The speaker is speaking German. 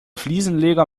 fliesenleger